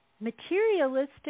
materialistic